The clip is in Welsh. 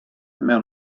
mewn